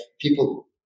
people